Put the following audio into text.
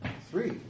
Three